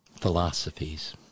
philosophies